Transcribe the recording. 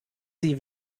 sie